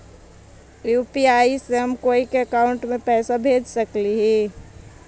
UPI से हम कोई के अकाउंट में पैसा भेज सकली ही?